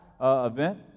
event